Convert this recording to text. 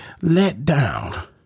letdown